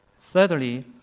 Thirdly